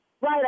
Right